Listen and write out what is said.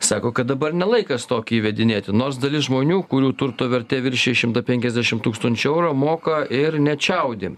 sako kad dabar ne laikas tokį įvedinėti nors dalis žmonių kurių turto vertė viršija šimtą penkiasdešim tūkstančių eurų moka ir nečiaudi